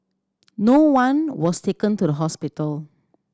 no one was taken to the hospital